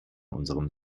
unserem